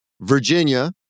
Virginia